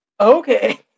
Okay